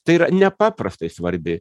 tai yra nepaprastai svarbi